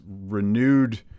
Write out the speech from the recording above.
renewed